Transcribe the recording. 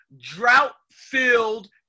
drought-filled